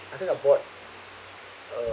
I think I bought uh